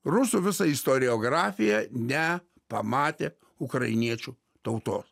rusų visa istoriografija ne pamatė ukrainiečių tautos